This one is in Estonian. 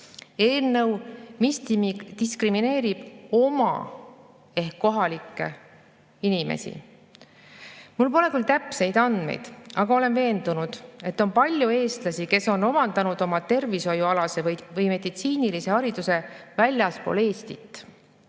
eelnõu, mis diskrimineerib oma ehk kohalikke inimesi. Mul pole küll täpseid andmeid, aga olen veendunud, et on palju eestlasi, kes on omandanud tervishoiualase või meditsiinilise hariduse väljaspool Eestit,